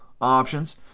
options